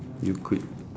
you could